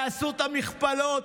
תעשו את המכפלות,